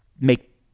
make